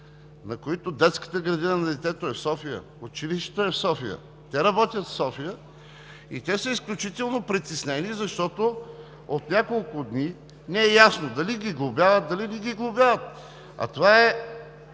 на които детската градина на детето е в София, училището е в София, те работят в София – и те са изключително притеснени, защото от няколко дни не е ясно дали ги глобяват, дали не ги глобяват! А това е